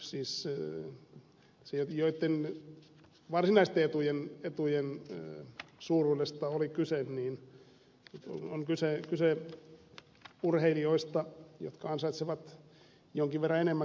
puhuttaessa urheilijoista joitten varsinaisten etujen suuruudesta oli kyse on kyse urheilijoista jotka ansaitsevat jonkin verran enemmän kuin kansanedustajat